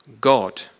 God